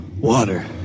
Water